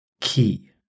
Key